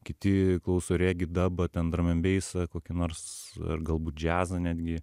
kiti klauso regį dabą ten drumandbeisą kokį nors ar galbūt džiazą netgi